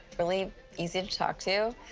really easy to talk to.